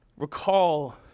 Recall